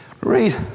read